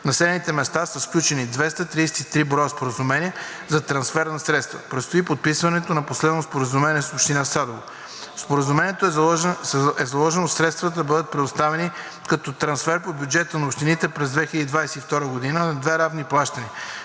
населените места са сключени 233 броя споразумения за трансфер на средства. Предстои подписването на последно споразумение с община Садово. В споразумението е заложено средствата да бъдат предоставени като трансфер по бюджета на общините през 2022 г. на две равни плащания.